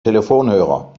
telefonhörer